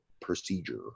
procedure